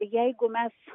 jeigu mes